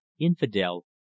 infidel